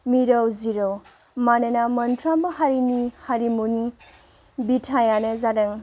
मिरौ जिरौ मानोना मोनफ्रामबो हारिनि हारिमुनि बिथायानो जादों